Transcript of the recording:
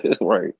Right